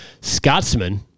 Scotsman